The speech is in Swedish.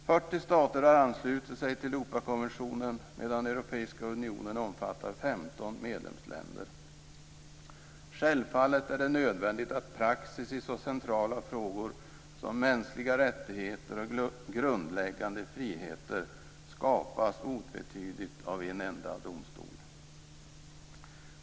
40 stater har anslutit sig till Europakonventionen medan Europeiska unionen omfattar 15 medlemsländer. Självfallet är det nödvändigt att praxis i så centrala frågor som mänskliga rättigheter och grundläggande friheter skapas otvetydigt av en enda domstol.